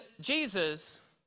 Jesus